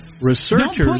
Researchers